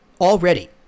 already